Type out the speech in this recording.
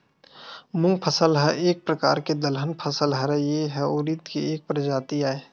मूंग फसल ह एक परकार के दलहन फसल हरय, ए ह उरिद के एक परजाति आय